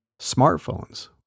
smartphones